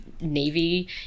navy